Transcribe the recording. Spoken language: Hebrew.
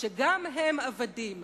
שגם הם עבדים,